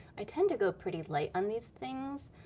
i tend to go pretty light on these things